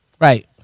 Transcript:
Right